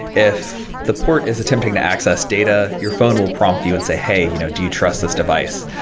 if the port is attempting to access data, your phone will prompt you and say, hey, you know do you trust this device?